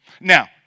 Now